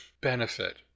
benefit